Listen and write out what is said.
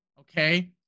Okay